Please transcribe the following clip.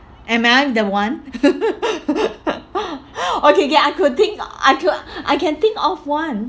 am I the one okay K I could think I could I can think of one